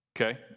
okay